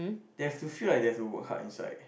they have to feel like they have to work hard inside